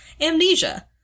amnesia